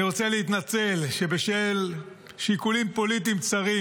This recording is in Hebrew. אני רוצה להתנצל שבשל שיקולים פוליטיים צרים